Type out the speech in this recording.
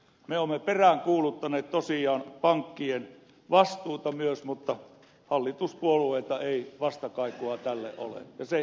me olemme peräänkuuluttaneet tosiaan pankkien vastuuta myös mutta hallituspuolueilta ei vastakaikua tälle ole ja se ihmetyttää suuresti